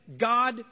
God